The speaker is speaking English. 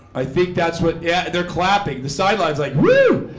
i think that's what yeah, they're clapping the sidelines. like whoo.